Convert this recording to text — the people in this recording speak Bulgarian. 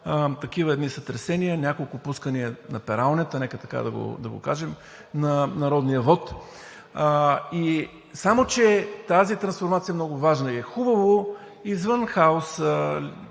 такива едни сътресения, няколко пускания на пералнята, нека така да го кажем, на народния вот. Само че тази трансформация е много важна и е хубаво извън хаоса,